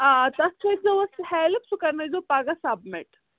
آ تَتھ تھٔٲیزیووس ہٮ۪لٕپ سُہ کرنٲیزیو پگاہ سَبمِٹ